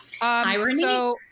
Irony